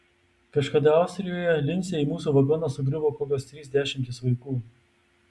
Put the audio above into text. kažkada austrijoje lince į mūsų vagoną sugriuvo kokios trys dešimtys vaikų